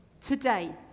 today